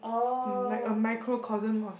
like a microcosm of